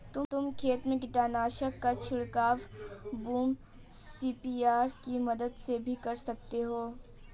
तुम खेत में कीटनाशक का छिड़काव बूम स्प्रेयर की मदद से भी कर सकते हो